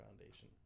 foundation